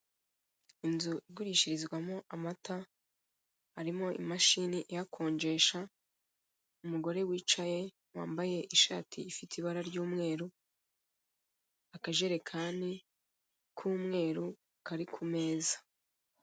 Inzu igurishirizwamo amata, harimo imashini ihakonjesha, umugore wicaye wambaye ishati ifite ibara ry'umweru, akajerekani k'umweru kari ku meza.